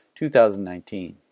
2019